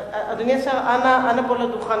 אנא בוא לדוכן.